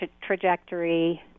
trajectory